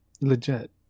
Legit